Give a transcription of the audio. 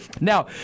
Now